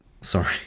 Sorry